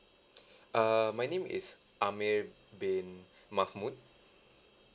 err my name is amir bin mahmud